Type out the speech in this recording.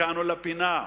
הגענו לפינה,